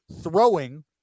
throwing